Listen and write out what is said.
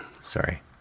sorry